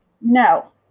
No